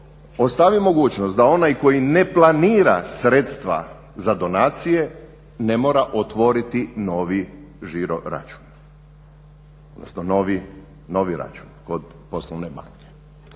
ostavi mogućnost da onaj koji ne planira sredstva za donacije ne mora otvoriti novi žiroračun, odnosno novi račun kod poslovne banke.